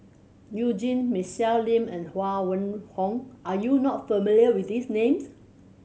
You Jin Michelle Lim and Huang Wenhong are you not familiar with these names